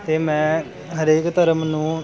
ਅਤੇ ਮੈਂ ਹਰੇਕ ਧਰਮ ਨੂੰ